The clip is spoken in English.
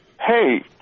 hey